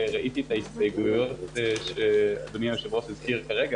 לחלק את ההסדר ולראות אם אפשר לייצר הסדר אחר,